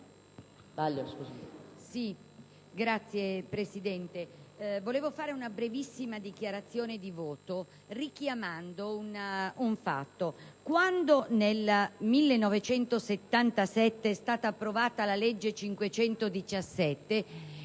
volevo fare una brevissima dichiarazione di voto richiamando un fatto. Quando nel 1977 è stata approvata la legge n.